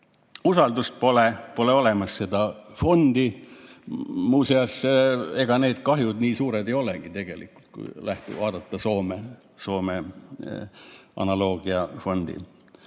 Usaldust pole, pole olemas seda fondi. Muuseas, ega need kahjud nii suured ei olegi tegelikult, kui vaadata Soome analoogilist fondi. Aga